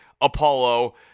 Apollo